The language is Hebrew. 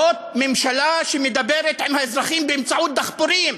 זאת ממשלה שמדברת עם האזרחים באמצעות דחפורים.